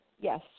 Yes